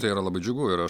tai yra labai džiugu ir aš